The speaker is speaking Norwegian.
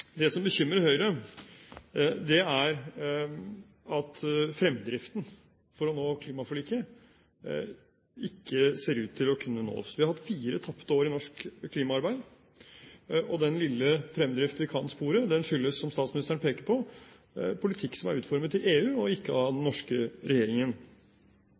det ut fra fremdriften ikke ser ut til at målene i klimaforliket vil kunne nås. Vi har hatt fire tapte år i norsk klimaarbeid. Den lille fremdrift vi kan spore, skyldes – som statsministeren peker på – politikk som er utformet i EU, og ikke av den norske regjeringen.